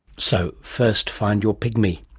so, first find your pygmy.